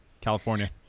California